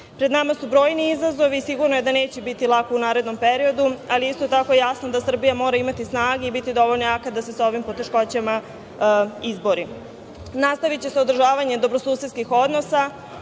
nama su brojni izazovi. Sigurno je da neće biti lako u narednom periodu, ali je isto tako je jasno da Srbija mora imati snage i biti dovoljno jaka da se sa ovim poteškoćama izbori. Nastaviće se održavanje dobrosusedskih odnosa,